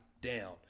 down